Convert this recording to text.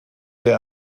der